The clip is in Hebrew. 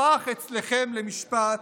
הפך אצלכם למשפט: